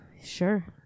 Sure